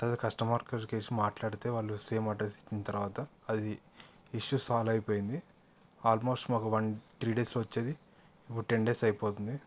తర్వాత కస్టమర్ కేర్కేసి మాట్లాడితే వాళ్ళు సేమ్ అడ్రస్ ఇచ్చిన తర్వాత అది ఇష్యూ సాల్వ్ అయిపోయింది ఆల్మోస్ట్ మాకు వన్ త్రీ డేస్లో వచ్చేది ఇప్పుడు టెన్ డేస్ అయిపోతుంది